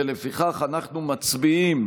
לפיכך, אנחנו מצביעים